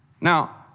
Now